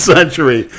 Century